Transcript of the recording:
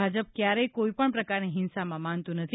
ભાજપ ક્યારેય કોઈપણ પ્રકારની હિંસામાં માનતું નથી